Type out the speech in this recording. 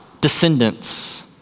descendants